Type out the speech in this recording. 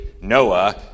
Noah